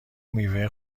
میوه